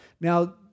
Now